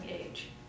age